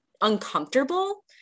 uncomfortable